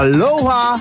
Aloha